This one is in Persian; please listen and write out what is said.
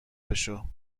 بشو